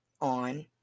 on